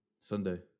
Sunday